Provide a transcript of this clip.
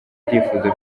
ibyifuzo